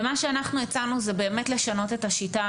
מה שאנחנו הצענו זה לשנות את השיטה,